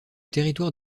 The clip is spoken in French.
territoire